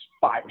five